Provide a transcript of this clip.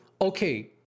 okay